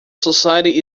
society